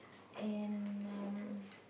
in um